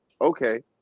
Okay